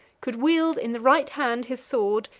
could wield in the right hand his sword,